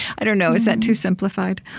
i don't know. is that too simplified?